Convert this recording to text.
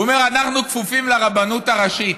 הוא אומר: אנחנו כפופים לרבנות הראשית.